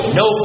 no